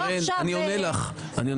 אני עונה לך.